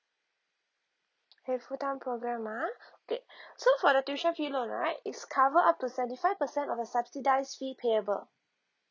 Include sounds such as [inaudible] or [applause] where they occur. okay full time programme ah [breath] okay [breath] so for the tuition fee loan right it's covered up to seventy five percent of the subsidised fee payable